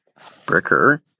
Bricker